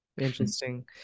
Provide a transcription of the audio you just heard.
Interesting